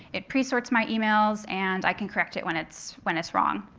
it presorts my emails, and i can correct it when it's when it's wrong.